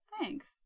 Thanks